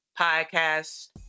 podcast